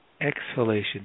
exhalation